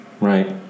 Right